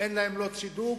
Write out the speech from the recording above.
ואין להם לא צידוק,